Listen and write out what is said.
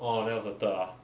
orh that was the third ah